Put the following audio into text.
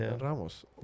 Ramos